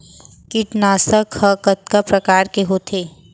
कीटनाशक ह कतका प्रकार के होथे?